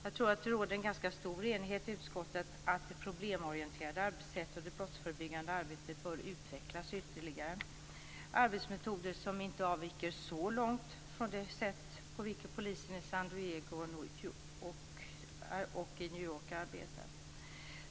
Jag tror att det råder en ganska stor enighet i utskottet om att det problemorienterade arbetssättet och det brottsförebyggande arbetet bör utvecklas ytterligare - arbetsmetoder som inte avviker så långt från det sätt på vilket polisen i San Diego och i New York arbetar.